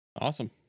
Awesome